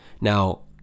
Now